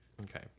Okay